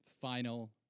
final